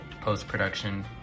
post-production